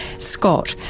scott,